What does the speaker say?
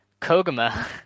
Koguma